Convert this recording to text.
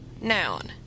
Noun